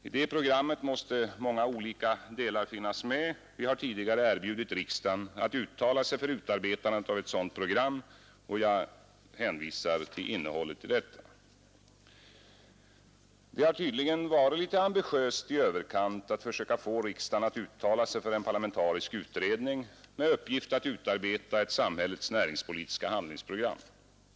I det programmet måste många olika delar finnas med. Vi har tidigare erbjudit riksdagen att uttala sig för utarbetandet av ett sådant program, och jag hänvisar till innehållet i detta. Det har tydligen varit litet i överkant ambitiöst att försöka få riksdagen att uttala sig för en parlamentarisk utredning med uppgift att utarbeta ett samhällets näringspolitiska handlingsprogram.